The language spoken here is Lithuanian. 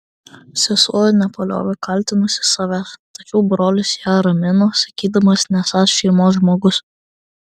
sesuo nepaliovė kaltinusi savęs tačiau brolis ją ramino sakydamas nesąs šeimos žmogus